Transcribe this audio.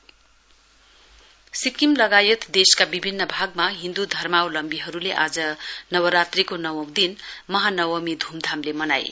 festival Sikkim लगायत देशका विभिन्न भागमा हिन्द् धर्मावलम्वीहरुले आज नवरात्रीको नवौं दिन महानवमी ध्मधामले मनाए